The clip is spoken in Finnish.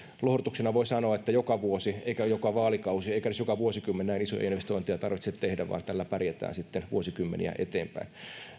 lohdutuksena voin sanoa ettei joka vuosi eikä joka vaalikausi eikä edes joka vuosikymmen näin isoja investointeja tarvitse tehdä vaan tällä pärjätään sitten vuosikymmeniä eteenpäin